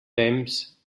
temps